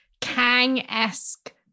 Kang-esque